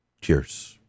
Cheers